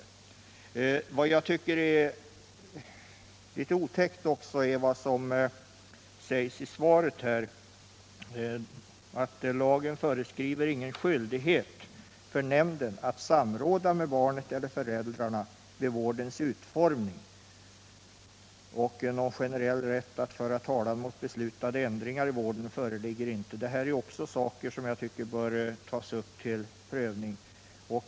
Litet otäckt är det också att lagen, som också sades i svaret, inte föreskriver någon skyldighet för nämnden att samråda med barnet eller föräldrarna vid vårdens utformning. ”Någon generell rätt att föra talan mot beslutade ändringar i vården föreligger inte”, hette det i svaret. Det är också saker som bör tas upp till omprövning.